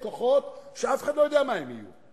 כוחות שאף אחד לא יודע מה הם יהיו,